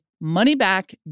money-back